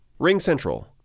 RingCentral